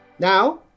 Now